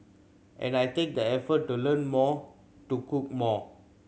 and I take the effort to learn more to cook more